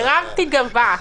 הרמתי גבה.